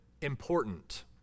important